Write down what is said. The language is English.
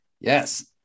yes